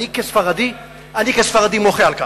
ואני כספרדי, אני כספרדי מוחה על כך.